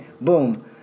boom